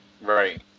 right